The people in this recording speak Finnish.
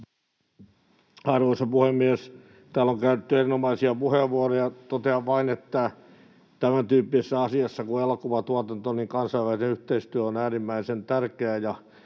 Arvoisa puhemies! Täällä on käytetty erinomaisia puheenvuoroja. Totean vain, että tämäntyyppisessä asiassa kuin elokuvatuotanto kansainvälinen yhteistyö on äärimmäisen tärkeää